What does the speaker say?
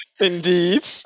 indeed